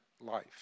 life